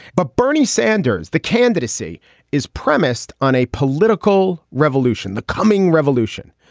but bernie sanders, the candidacy is premised on a political revolution, the coming revolution.